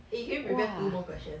eh can you prepare two more questions